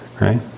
right